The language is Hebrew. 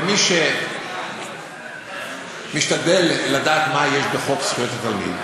ומי שמשתדל לדעת מה יש בחוק זכויות התלמיד,